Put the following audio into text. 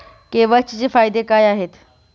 KYC चे फायदे काय आहेत?